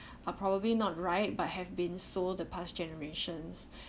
are probably not right but have been saw the past generations